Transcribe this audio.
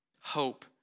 hope